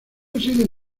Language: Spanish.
reside